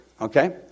Okay